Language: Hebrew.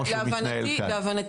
נוצר פה מצב אבסורדי